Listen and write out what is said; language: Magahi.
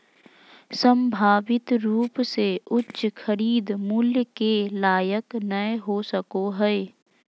संभावित रूप से उच्च खरीद मूल्य के लायक नय हो सको हइ